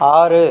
ஆறு